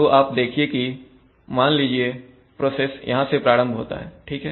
तो आप देखिए कि मान लीजिए प्रोसेस यहां से प्रारंभ होता हैठीक है